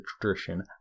tradition